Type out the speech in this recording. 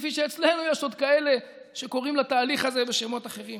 כפי שאצלנו יש עוד כאלה שקוראים לתהליך הזה בשמות אחרים.